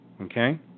okay